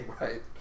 right